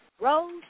Rose